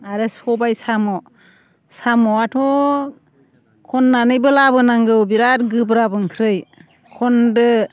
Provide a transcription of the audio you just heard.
आरो सबाय साम' साम'आथ' खननानैबो लाबोनांगौ बेराद गोब्राब ओंख्रि खन्दो